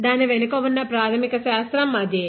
దాని వెనుక ఉన్న ప్రాథమిక శాస్త్రం అదే